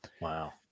Wow